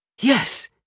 Yes